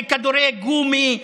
בכדורי גומי,